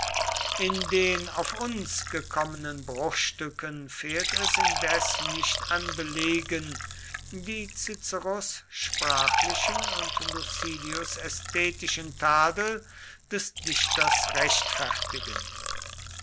in den auf uns gekommenen bruchstücken fehlt es indes nicht an belegen die ciceros sprachlichen und lucilius ästhetischen tadel des dichters rechtfertigen